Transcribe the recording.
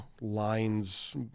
lines